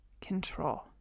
control